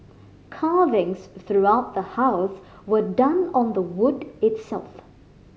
carvings throughout the house were done on the wood itself